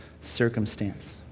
circumstance